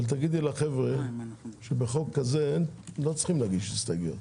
אבל תגידי לחבר'ה שבחוק כזה לא צריכים להגיש הסתייגויות.